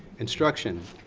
instruction.